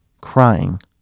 Crying